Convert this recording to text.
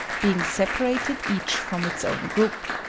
being separated each from its own group.